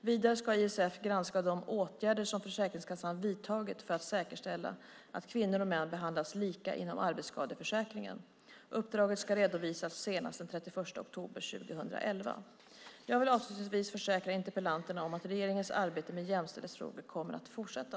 Vidare ska ISF granska de åtgärder som Försäkringskassan vidtagit för att säkerställa att kvinnor och män behandlas lika inom arbetsskadeförsäkringen. Uppdraget ska redovisas senast den 31 oktober 2011. Jag vill avslutningsvis försäkra interpellanterna att regeringens arbete med jämställdhetsfrågorna kommer att fortsätta.